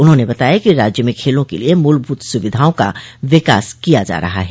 उन्होंने बताया कि राज्य में खेलों के लिये मूलभूत सुविधाओं को विकास किया जा रहा है